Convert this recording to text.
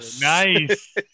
nice